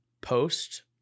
post